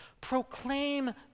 Proclaim